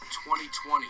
2020